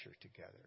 together